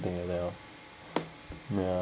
something like that lor ya